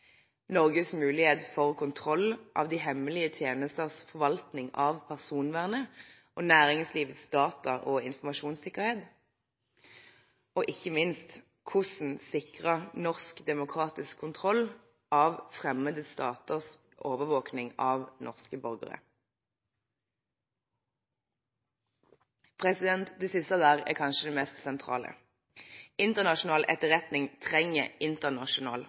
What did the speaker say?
Norges mulighet for kontroll av de hemmelige tjenesters forvaltning av personvernet og næringslivets data- og informasjonssikkerhet hvordan sikre norsk demokratisk kontroll av fremmede staters overvåkning av norske borgere Det siste punktet er kanskje det mest sentrale. Internasjonal etterretning trenger internasjonal